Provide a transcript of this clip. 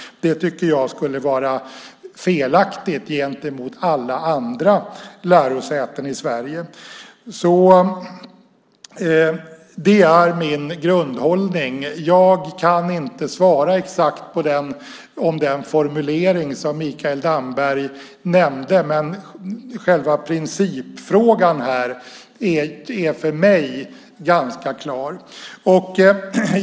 Det skulle vara felaktigt gentemot alla andra lärosäten i Sverige. Det är min grundhållning. Jag kan inte svara exakt vad gäller den formulering Mikael Damberg nämnde, men själva principfrågan är för mig ganska klar.